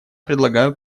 предлагаю